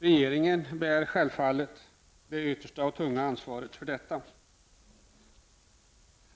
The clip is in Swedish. Regeringen bär självfallet det yttersta och tunga ansvaret för detta.